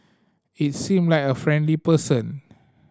he seemed like a friendly person